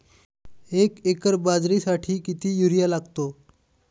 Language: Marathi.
एक एकर बाजरीसाठी किती युरिया लागतो?